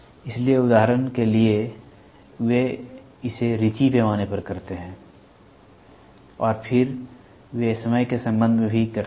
इसलिए उदाहरण के लिए वे इसेरीचि पैमाने पर करते हैं और फिर वे समय के संबंध में भी करते हैं